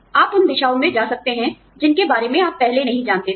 आप उन दिशाओं में जा सकते हैं जिनके बारे में आप पहले नहीं जानते थे